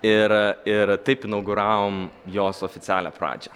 ir ir taip inauguravom jos oficialią pradžią